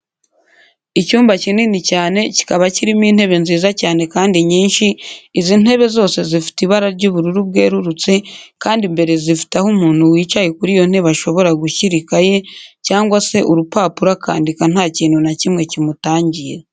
Icyumba kinini cyane, kikaba kirimo intebe nziza cyane kandi nyinshi, izi ntebe zose zifite ibara ry'ubururu bwerurutse kandi imbere zifite aho umuntu wicaye kuri iyo ntebe ashobora gushyira ikayi cyangwa se urupapuro akandika ntakintu na kimwe kimutangira.